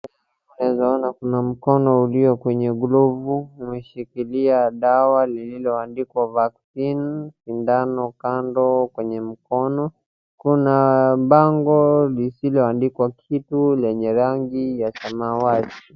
Mbele yangu naeza ona kuna mkono ulio kwenye glove umeshikilia dawa lililoandikwa vaccine, sindano kando kwenye mkono. Kuna bango lisiloandikwa kitu lenye rangi ya samawati.